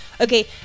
Okay